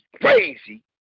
crazy